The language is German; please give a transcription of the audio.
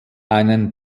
einen